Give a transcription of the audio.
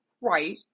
right